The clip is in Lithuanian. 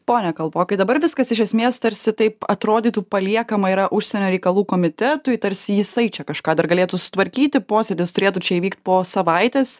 pone kalpokai dabar viskas iš esmės tarsi taip atrodytų paliekama yra užsienio reikalų komitetui tarsi jisai čia kažką dar galėtų sutvarkyti posėdis turėtų čia įvykt po savaitės